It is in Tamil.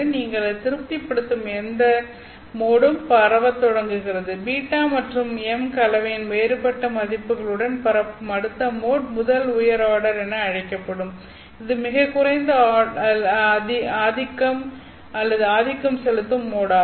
நீங்கள் திருப்திப்படுத்தும் எந்த மோடும் பரவத் தொடங்குகிறதுβ மற்றும் m கலவையின் வேறுபட்ட மதிப்புகளுடன் பரப்பும் அடுத்த மோட் முதல் உயர் ஆர்டர் என அழைக்கப்படும் இது மிகக் குறைந்த அல்லது ஆதிக்கம் செலுத்தும் மோடாகும்